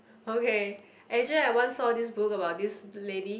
okay actually I once saw this book about this lady